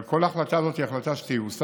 אבל כל ההחלטה הזאת היא החלטה שתיושם,